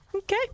Okay